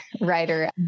writer